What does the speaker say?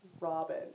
Robin